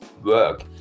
work